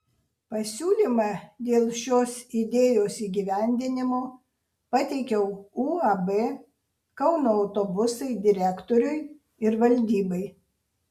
pasiūlymą dėl šios idėjos įgyvendinimo pateikiau uab kauno autobusai direktoriui ir valdybai